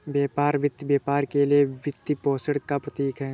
व्यापार वित्त व्यापार के लिए वित्तपोषण का प्रतीक है